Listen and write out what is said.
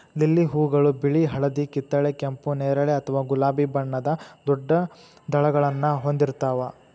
lily ಹೂಗಳು ಬಿಳಿ, ಹಳದಿ, ಕಿತ್ತಳೆ, ಕೆಂಪು, ನೇರಳೆ ಅಥವಾ ಗುಲಾಬಿ ಬಣ್ಣದ ದೊಡ್ಡ ದಳಗಳನ್ನ ಹೊಂದಿರ್ತಾವ